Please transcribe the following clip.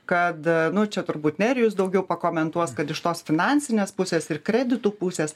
kad nu čia turbūt nerijus daugiau pakomentuos kad iš tos finansinės pusės ir kreditų pusės